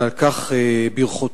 ועל כך ברכותי.